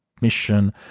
mission